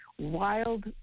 Wild